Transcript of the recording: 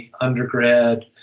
undergrad